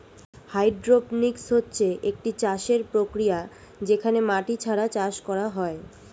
hydroponics হচ্ছে একটি চাষের প্রক্রিয়া যেখানে মাটি ছাড়া চাষ করা হয়